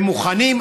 הם מוכנים,